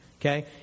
Okay